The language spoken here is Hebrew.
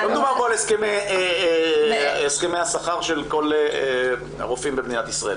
לא מדובר פה על הסכמי השכר של כל הרופאים במדינת ישראל.